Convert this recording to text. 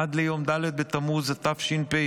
עד ליום ד' בתמוז התשפ"ה,